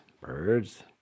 birds